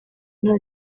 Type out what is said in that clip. nta